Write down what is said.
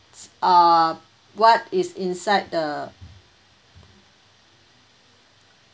uh what is inside the